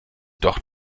doch